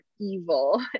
evil